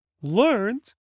learned